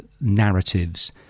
narratives